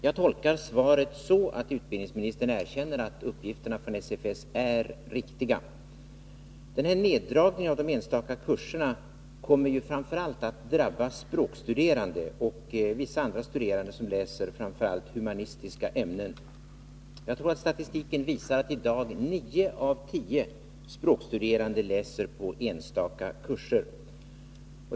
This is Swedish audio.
Jag tolkar svaret så, att utbildningsministern erkänner att uppgifterna från SFS:s sida är riktiga. Den här neddragningen av de enstaka kurserna kommer ju framför allt att drabba språkstuderande och vissa andra studerande, som läser framför allt humanistiska ämnen. Jag tror att statistiken visar att i dag nio av tio språkstuderande läser på enstaka kurser.